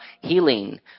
healing